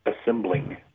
assembling